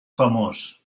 famós